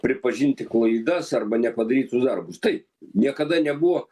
pripažinti klaidas arba nepadarytus darbus taip niekada nebuvo